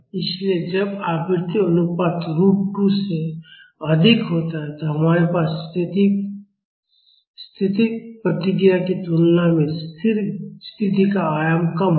इसलिए जब आवृत्ति अनुपात रूट 2 से अधिक होता है तो हमारे पास स्थैतिक प्रतिक्रिया की तुलना में स्थिर स्थिति का आयाम कम होगा